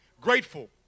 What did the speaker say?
grateful